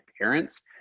parents